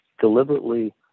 deliberately